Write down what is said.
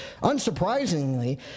Unsurprisingly